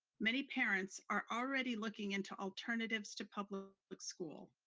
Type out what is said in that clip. many parents are already looking into alternatives to public like school.